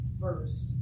first